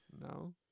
No